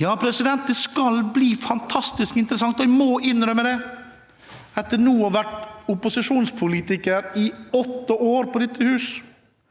Ja, det skal bli fantastisk interessant, jeg må innrømme det – etter nå å ha vært opposisjonspolitiker i åtte år i dette hus,